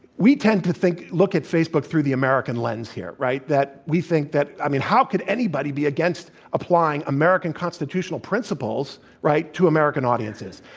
we tend to think look at facebook through the american lens here, right, that they think that, i mean, how could anybody be against applying american constitutional principles, right, to american audiences?